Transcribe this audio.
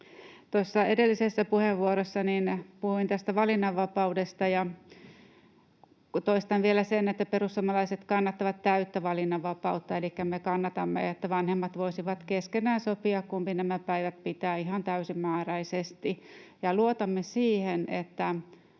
edellisessä puheenvuorossani puhuin tästä valinnanvapaudesta, ja toistan vielä sen, että perussuomalaiset kannattavat täyttä valinnanvapautta. Elikkä me kannatamme, että vanhemmat voisivat keskenään sopia, kumpi nämä päivät pitää, ihan täysimääräisesti. Tämä kehitys siihen, että